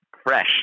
fresh